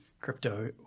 crypto